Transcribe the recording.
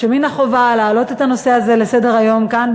שמן החובה להעלות את הנושא הזה לסדר-היום כאן,